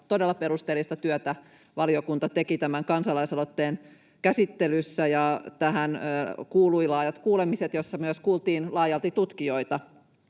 todella perusteellista työtä valiokunta teki tämän kansalaisaloitteen käsittelyssä. Tähän kuuluivat laajat kuulemiset, joissa myös kuultiin laajalti tutkijoita